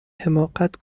حماقت